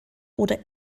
oder